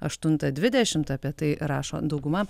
aštuntą dvidešimt apie tai rašo dauguma